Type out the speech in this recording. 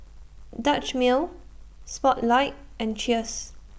Dutch Mill Spotlight and Cheers